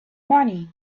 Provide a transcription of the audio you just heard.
money